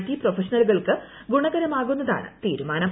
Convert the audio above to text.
T പ്രൊഫഷണലുകൾക്ക് ഗുണകരമാകുന്നതാണ് തീരുമാനം